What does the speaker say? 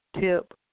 tip